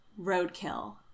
roadkill